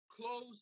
close